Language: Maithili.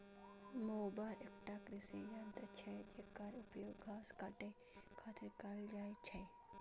मोवर एकटा कृषि यंत्र छियै, जेकर उपयोग घास काटै खातिर कैल जाइ छै